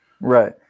right